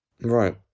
Right